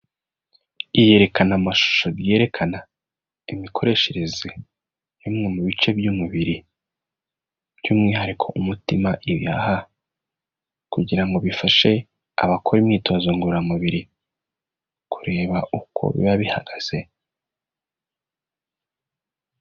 Iyerekanamashusho ryerekana imikoreshereze ya bimwe mu bice by'umubiri, by'umwihariko umutima, ibihaha, kugira ngo bifashe abakora imyitozo ngororamubiri kureba uko biba bihagaze.